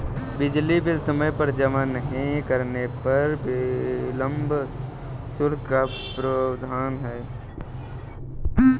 बिजली बिल समय पर जमा नहीं करने पर विलम्ब शुल्क का प्रावधान है